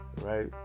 right